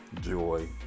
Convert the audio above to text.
joy